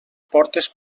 portes